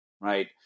right